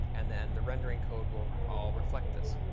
and then the rendering code will all reflect this.